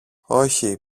όχι